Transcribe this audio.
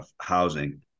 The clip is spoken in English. housing